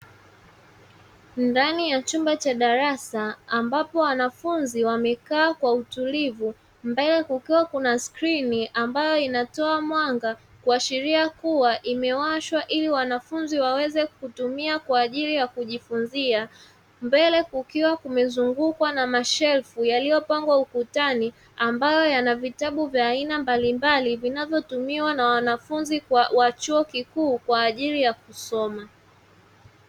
Ndani ya chumba cha darasa ambapo wanafunzi wamekaa kwa utulivu mbele kukiwa kuna skrini ambayo inatoa mwanga, kuashiria kua imewashwa ili wanafunzi waweze kutumia kwaajili ya kujifunzia. Mbele kukiwa kumezungukwa na mashelfu yaliyopangwa ukutani ambayo yana vitabu vya aina mbalimbali vinavyo tumiwa na wanafunzi wa chuo kikuu kwaajili ya kusoma.